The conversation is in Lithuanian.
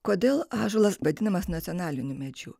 kodėl ąžuolas vadinamas nacionaliniu medžiu